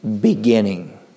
beginning